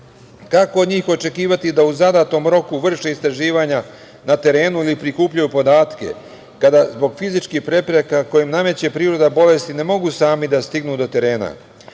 kako od njih očekivati da u zadatom roku vrše istraživanja na terenu ili prikupljaju podatke kada zbog fizičkih prepreka koje im nameće priroda bolesti ne mogu sami da stignu do terena,